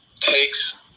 takes